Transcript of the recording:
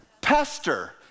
pester